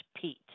Pete